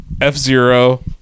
F-Zero